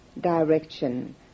direction